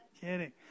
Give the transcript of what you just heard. kidding